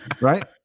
right